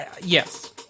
Yes